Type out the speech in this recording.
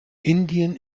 indien